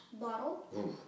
bottle